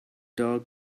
dog